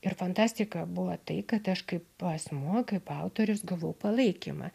ir fantastika buvo tai kad aš kaip asmuo kaip autorius gavau palaikymą